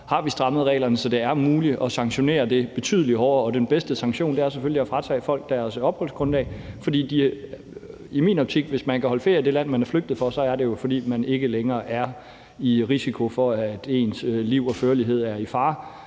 har vi strammet reglerne, så det er muligt at sanktionere, og det er betydelig hårdere, og den bedste sanktion er selvfølgelig at fratage folk deres opholdsgrundlag. For i min optik er det sådan, at hvis man kan holde ferie i det land, man er flygtet fra, er det jo, fordi man ikke længere er i risiko for, at ens liv og førlighed er i fare,